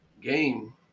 game